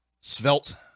svelte